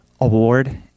Award